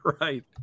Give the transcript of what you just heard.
right